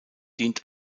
dient